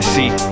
see